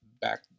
back